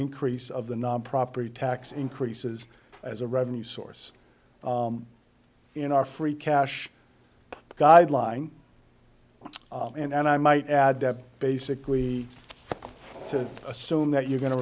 increase of the non property tax increases as a revenue source in our free cash guideline and i might add that basically to assume that you're going to